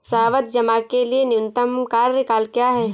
सावधि जमा के लिए न्यूनतम कार्यकाल क्या है?